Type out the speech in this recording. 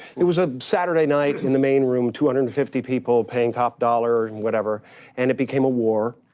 it was a saturday night in the main room. two hundred and fifty people paying top dollar and whatever and it became a war.